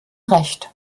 recht